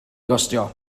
gostio